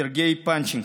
סרגיי פאנחיסקוב,